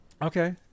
okay